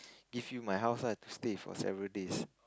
give you my house lah to stay for several days